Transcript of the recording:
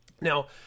Now